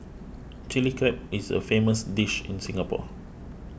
Chilli Crab is a famous dish in Singapore